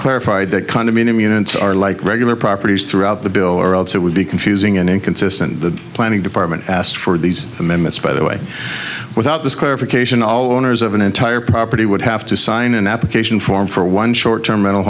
clarified that condominium units are like regular properties throughout the bill or else it would be confusing and inconsistent the planning department asked for these amendments by the way without this clarification all owners of an entire property would have to sign an application form for one short term mental